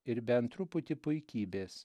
ir bent truputį puikybės